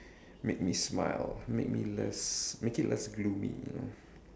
make me smile make me less make it less gloomy you know